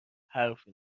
حرفی